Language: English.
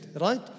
right